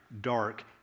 dark